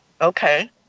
Okay